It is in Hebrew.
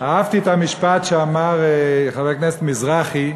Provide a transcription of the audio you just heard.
אהבתי את המשפט שאמר חבר הכנסת מזרחי,